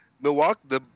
Milwaukee